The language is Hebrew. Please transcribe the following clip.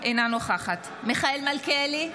אינה נוכחת מיכאל מלכיאלי,